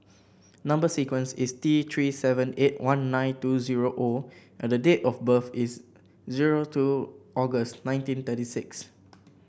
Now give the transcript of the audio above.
number sequence is T Three seven eight one nine two zero O and the date of birth is zero two August nineteen thirty six